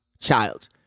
child